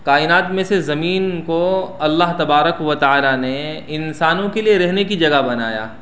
کائنات میں سے زمین کو اللہ تبارک و تعالی نے انسانوں کے لیے رہنے کی جگہ بنایا